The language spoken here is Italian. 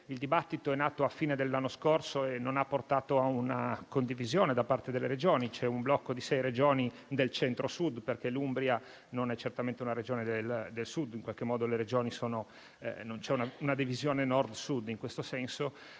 Il dibattito è nato alla fine dell'anno scorso e non ha portato a una condivisione da parte delle Regioni. C'è un blocco di sei Regioni del Centro-Sud (perché l'Umbria non è certamente del Sud, non c'è una divisione Nord-Sud in questo senso)